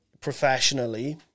professionally